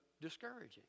discouraging